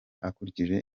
akurikije